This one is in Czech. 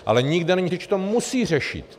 Ale nikde není řeč, že to musí řešit.